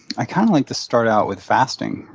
i'd kind of like to start out with fasting,